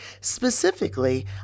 specifically